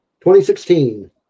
2016